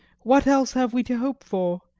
what else have we to hope for,